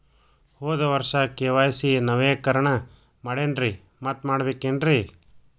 ಹೋದ ವರ್ಷ ಕೆ.ವೈ.ಸಿ ನವೇಕರಣ ಮಾಡೇನ್ರಿ ಮತ್ತ ಮಾಡ್ಬೇಕೇನ್ರಿ?